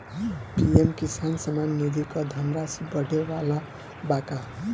PM Kisan Samman Nidhi क धनराशि बढ़े वाला बा का?